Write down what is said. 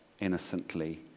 innocently